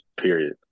period